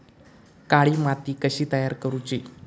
काळी माती कशी तयार करूची?